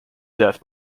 death